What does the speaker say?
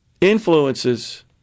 influences